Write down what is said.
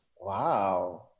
Wow